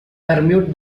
permute